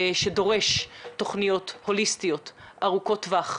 שדורש תוכניות הוליסטיות ארוכות טווח,